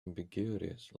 ambiguities